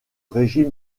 régime